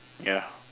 ya